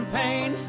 pain